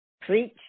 Preach